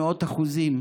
במאות אחוזים,